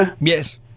Yes